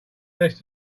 desk